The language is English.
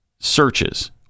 searches